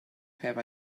have